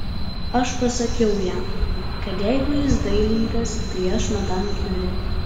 aš pasakiau jam kad jeigu jis dailininkas tai aš madam kiuri